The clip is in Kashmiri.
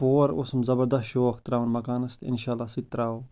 پور اوسُم زبردست شوق ترٛاوُن مَکانَس تہٕ اِنشاء اللہ سُہ تہِ ترٛاوو